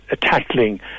tackling